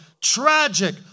tragic